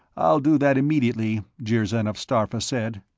i'll do that immediately, jirzyn of starpha said.